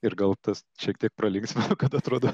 ir gal tas šiek tiek pralinksmino kad atrodo